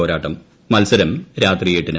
പോരാട്ടം മത്സരം രാത്രി എട്ടിന്